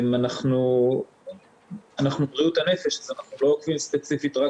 אנחנו בריאות הנפש אז אנחנו לא עוקבים ספציפית רק